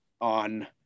on